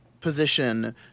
position